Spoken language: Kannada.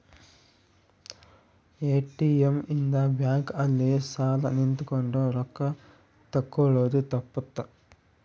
ಎ.ಟಿ.ಎಮ್ ಇಂದ ಬ್ಯಾಂಕ್ ಅಲ್ಲಿ ಸಾಲ್ ನಿಂತ್ಕೊಂಡ್ ರೊಕ್ಕ ತೆಕ್ಕೊಳೊದು ತಪ್ಪುತ್ತ